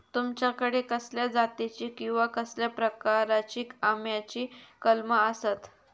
तुमच्याकडे कसल्या जातीची किवा कसल्या प्रकाराची आम्याची कलमा आसत?